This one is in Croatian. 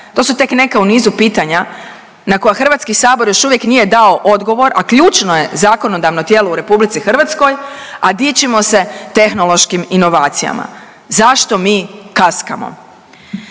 To su tek neke u nizu pitanja na koja Hrvatski sabor još uvijek nije dao odgovor, a ključno je zakonodavno tijelo u RH, a dičimo se tehnološkim inovacijama. Zašto mi kaskamo?